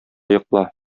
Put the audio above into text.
йокла